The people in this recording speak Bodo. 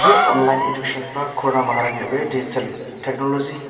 बे अनलाइन एडुकेसन बा करना माहारिनि बे डिजिटेल टेक्नलजि